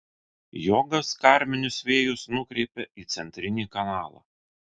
jogas karminius vėjus nukreipia į centrinį kanalą